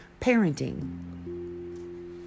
parenting